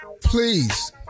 please